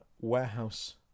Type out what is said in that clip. warehouse